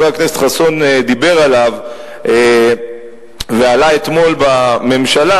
הכנסת חסון דיבר עליו ועלה אתמול בממשלה,